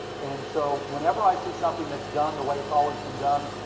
and so whenever i see something that's done the way it's always been done.